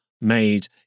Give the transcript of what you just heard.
made